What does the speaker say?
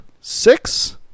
six